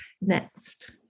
next